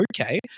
okay